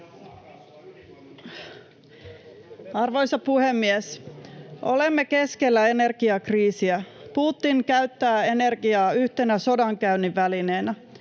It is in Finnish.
Arvoisa puhemies! Olemme keskellä energiakriisiä. Putin käyttää energiaa yhtenä sodankäynnin välineenä.